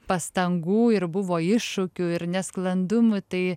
pastangų ir buvo iššūkių ir nesklandumų tai